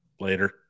Later